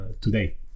today